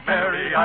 Mary